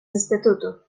інституту